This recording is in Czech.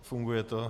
Funguje to?